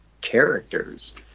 characters